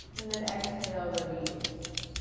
and then exhale, release.